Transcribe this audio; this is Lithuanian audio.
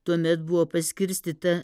tuomet buvo paskirstyta